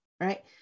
right